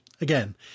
Again